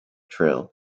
trail